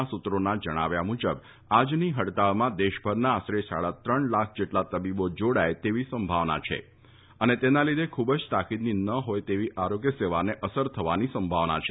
ના સૂત્રોના જણાવ્યા મુજબ આજની હડતાલમાં દેશભરના આશરે સાડા ત્રણ લાખ જેટલા તબીબો જાડાય તેવી સંભાવના છે અને તેના લીધે ખુબ જ તાકીદની ન હોય તેવી આરોગ્ય સેવાને અસર થવાની સંભાવના છે